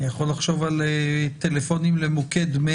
אני יכול לחשוב על טלפונים למוקד 100